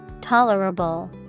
Tolerable